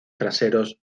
traseros